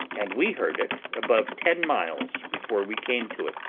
and we heard it above ten miles before we came to it.